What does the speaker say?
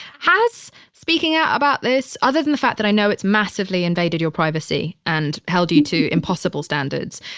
has speaking out about this, other than the fact that i know it's massively invaded your privacy and held you to impossible standards,